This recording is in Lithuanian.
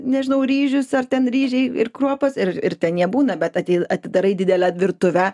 nežinau ryžius ar ten ryžiai ir kruopos ir ir ten jie būna bet ateina atidarai didelę virtuvę